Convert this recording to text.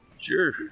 Sure